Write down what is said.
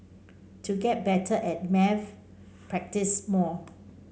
to get better at maths practise more